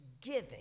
giving